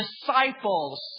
disciples